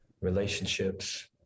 relationships